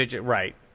Right